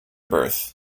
birth